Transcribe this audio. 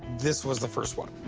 this was the first one.